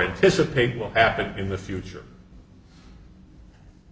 anticipate will happen in the future